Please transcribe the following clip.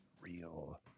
real